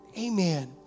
amen